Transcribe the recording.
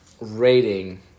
rating